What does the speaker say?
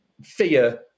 fear